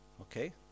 Okay